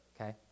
okay